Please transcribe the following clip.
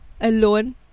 alone